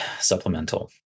Supplemental